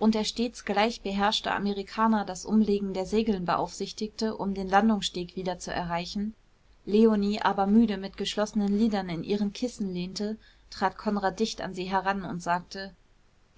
und der stets gleich beherrschte amerikaner das umlegen der segel beaufsichtigte um den landungssteg wieder zu erreichen leonie aber müde mit geschlossenen lidern in ihren kissen lehnte trat konrad dicht an sie heran und sagte